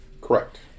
Correct